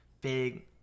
big